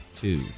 Two